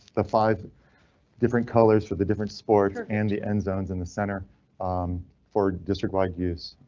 the five different colors for the different sports and the end zones in the center for district wide use.